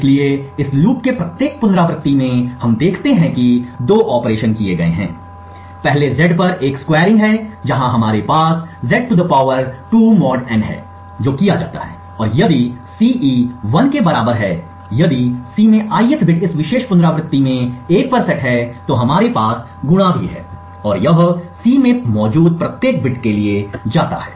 इसलिए इस लूप के प्रत्येक पुनरावृत्ति में हम देखते हैं कि दो ऑपरेशन किए गए हैं पहले Z पर एक स्क्वेरिंग है जहां हमारे पास Z 2 mod n है जो किया जाता है और यदि CE 1 के बराबर है यदि C में ith बिट इस विशेष पुनरावृत्ति में 1 पर सेट है तो हमारे पास गुणा भी है और यह C में मौजूद प्रत्येक बिट के लिए जाता है